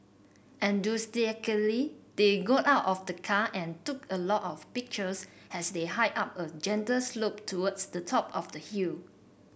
enthusiastically they got out of the car and took a lot of pictures as they hiked up a gentle slope towards the top of the hill